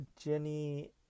Jenny